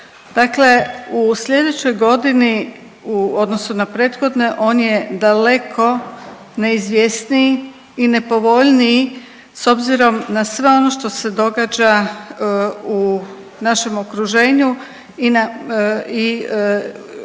Dakle, u sljedećoj godini u odnosu na prethodne on je daleko ne izvjesniji i nepovoljniji s obzirom na sve ono što se događa u našem okruženju i ono